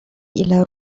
إلى